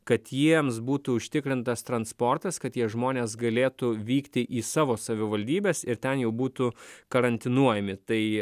kad jiems būtų užtikrintas transportas kad tie žmonės galėtų vykti į savo savivaldybes ir ten jau būtų karantinuojami tai